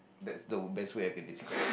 that's the best way I can describe